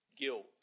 guilt